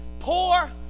Poor